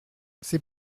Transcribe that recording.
c’est